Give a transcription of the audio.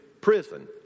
prison